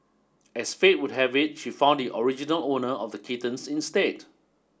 as fate would have it she found the original owner of the kittens instead